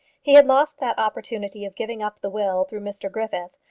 he had lost that opportunity of giving up the will through mr griffith,